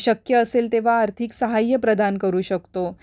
शक्य असेल तेव्हा आर्थिक साहाय्य प्रदान करू शकतो